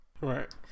Right